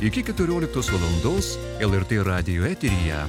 iki keturioliktos valandos lrt radijo eteryje